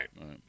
right